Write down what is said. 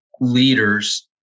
leaders